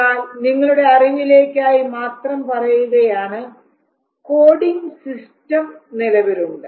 എന്നാൽ നിങ്ങളുടെ അറിവിലേക്കായി മാത്രം പറയുകയാണ് കോഡിംഗ് സിസ്റ്റം നിലവിലുണ്ട്